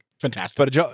Fantastic